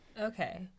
Okay